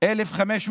1,500